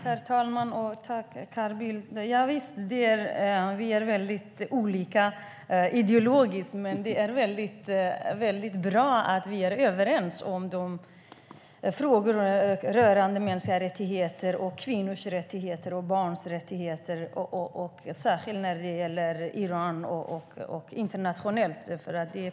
Herr talman! Javisst, vi är olika ideologiskt, men det är mycket bra att vi är överens om frågor rörande mänskliga rättigheter, kvinnors och barns rättigheter, både när det gäller Iran och internationellt i övrigt.